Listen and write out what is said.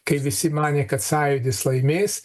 kai visi manė kad sąjūdis laimės